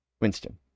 Winston